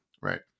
Right